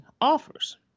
offers